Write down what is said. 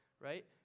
right